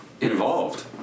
involved